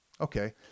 Okay